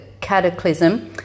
Cataclysm